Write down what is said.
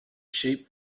sheep